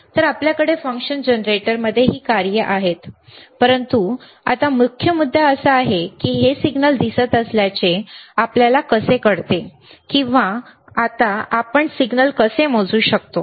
तर आपल्याकडे फंक्शन जनरेटरमध्ये ही कार्ये आहेत परंतु आता मुख्य मुद्दा हा आहे की हे सिग्नल दिसत असल्याचे आपल्याला कसे कळते किंवा आता आपण सिग्नल कसे मोजू शकतो